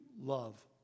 love